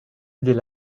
idées